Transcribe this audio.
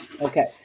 Okay